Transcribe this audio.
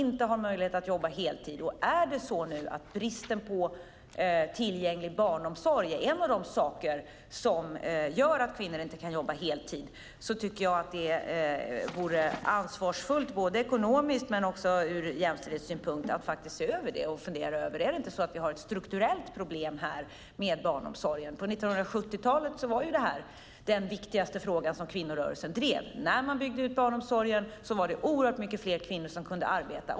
Är bristen på barnomsorg en av de saker som gör att kvinnor inte kan jobba heltid vore det ansvarsfullt ekonomiskt och ur jämställdhetssynpunkt att se över det och fundera över om det finns ett strukturellt problem med barnomsorgen. På 1970-talet var barnomsorgen den viktigaste fråga som kvinnorörelsen drev. Genom att bygga ut barnomsorgen kunde väsentligt fler kvinnor arbeta.